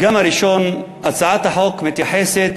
הפגם הראשון, הצעת החוק מתייחסת